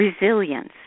Resilience